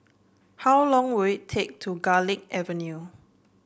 how long will it take to Garlick Avenue